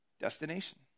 destination